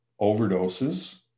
overdoses